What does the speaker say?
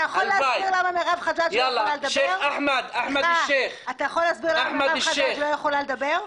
אבל אתה יכול להסביר למה מירב חג'אג' לא יכולה לדבר?